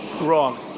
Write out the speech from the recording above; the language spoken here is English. wrong